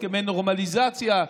הסכמי נורמליזציה,